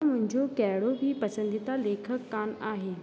मुंहिंजो कहिड़ो बि पसंदीदा लेखक कोन आहे